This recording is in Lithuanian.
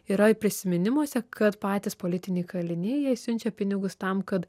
yra ir prisiminimuose kad patys politiniai kaliniai jai siunčia pinigus tam kad